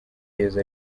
yesu